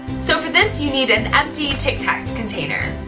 so for this you need an empty tic tacs container!